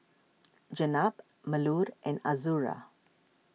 Jenab Melur and Azura